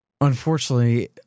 unfortunately